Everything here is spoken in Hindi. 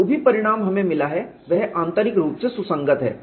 जो भी परिणाम हमें मिला है वह आंतरिक रूप से सुसंगत है